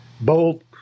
bold